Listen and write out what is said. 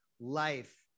life